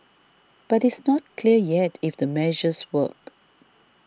but it's not clear yet if the measures work